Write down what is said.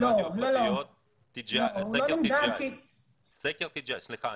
סקר TGI. לא, הוא לא נמדד כי --- תני לי,